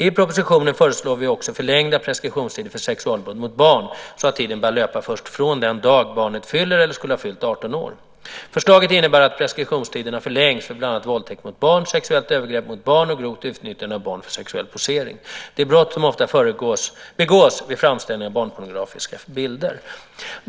I propositionen föreslår vi också förlängda preskriptionstider för sexualbrott mot barn så att tiden börjar löpa först från den dag barnet fyller eller skulle ha fyllt 18 år. Förslaget innebär att preskriptionstiderna förlängs för bland annat våldtäkt mot barn, sexuellt övergrepp mot barn och grovt utnyttjande av barn för sexuell posering. Det är brott som ofta begås vid framställning av barnpornografiska bilder.